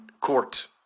Court